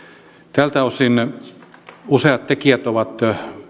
tältä osin useat tekijät ovat